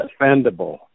defendable